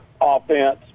offense